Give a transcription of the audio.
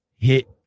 hit